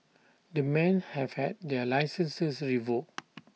the men have had their licences revoked